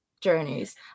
journeys